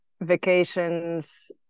Vacations